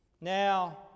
Now